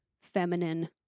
feminine